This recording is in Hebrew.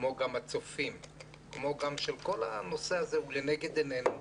של הצופים היא לנגד עינינו.